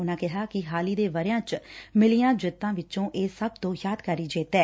ਉਨਾਂ ਕਿਹਾ ਕਿ ਹਾਲ ਹੀ ਦੇ ਵਰ੍ਸਿਆਂ ਚ ਮਿਲੀਆਂ ਜਿੱਤਾਂ ਚੋ ਇਹ ਸਭ ਤੋ ਯਾਦਗਾਰੀ ਜਿੱਤ ਐ